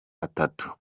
atatu